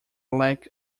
lack